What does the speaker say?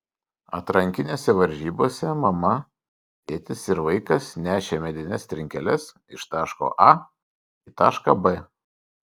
atrankinėse varžybose mama tėtis ir vaikas nešė medines trinkeles iš taško a į tašką b